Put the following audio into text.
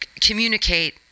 communicate –